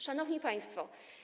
Szanowni Państwo!